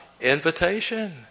invitation